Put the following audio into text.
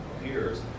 appears